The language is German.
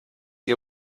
ihr